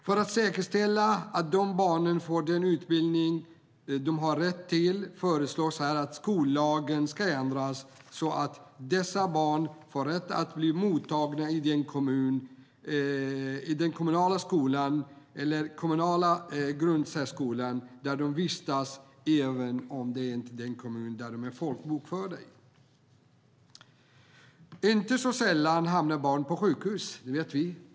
För att säkerställa att barnen får den utbildning som de har rätt till föreslås här att skollagen ändras så att dessa barn får rätt att bli mottagna i den kommunala skolan eller kommunala grundsärskolan där de vistas, även om det inte är i den kommun där de är folkbokförda. Inte så sällan hamnar barn på sjukhus.